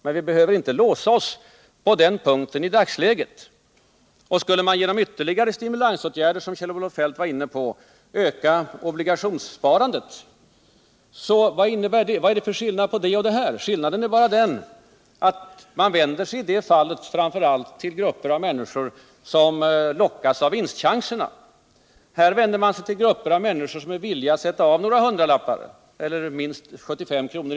Men vi behöver inte låsa oss på den punkten i dagsläget. Kjell-Olof Feldt var inne på att man genom ytterligare stimulansåtgärder skulle öka obligationssparandet. Men vad är det för skillnad på det och det här förslaget? Skillnaden är att man i det förra fallet vänder sig framför allt till grupper av människor som lockas av vinstchanserna. Här vänder man sig till grupper av människor som är villiga att sätta av några hundralappar eller minst 75 kr.